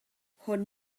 hwn